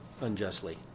unjustly